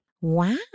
Wow